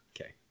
Okay